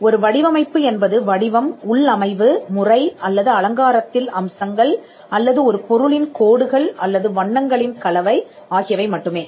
ஒரு வடிவமைப்பு என்பது வடிவம் உள்ளமைவு முறை அல்லது அலங்காரத்தில் அம்சங்கள் அல்லது ஒரு பொருளின் கோடுகள் அல்லது வண்ணங்களின் கலவை ஆகியவை மட்டுமே